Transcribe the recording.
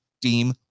deem